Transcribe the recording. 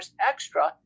extra